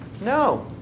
No